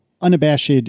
unabashed